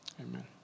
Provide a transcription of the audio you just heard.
Amen